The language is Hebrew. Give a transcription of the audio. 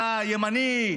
אתה ימני,